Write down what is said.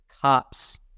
cops